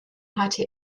hatte